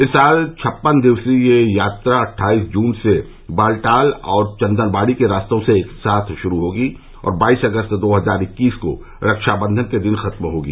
इस साल छप्पन दिवसीय यह यात्रा अठ्ठाइस जून से बालताल और चंदनबाड़ी के रास्तों से एक साथ शुरू होगी और बाइस अगस्त दो हजार इक्कीस को रक्षाबंधन के दिन खत्म होगी